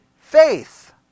faith